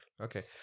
Okay